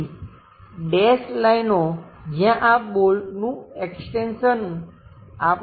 તેથી ડેશ લાઈનો જ્યાં આ બોલ્ટનું એક્સ્ટેંશન આપણે જોઈશું